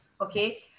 Okay